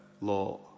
law